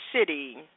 City